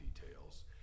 details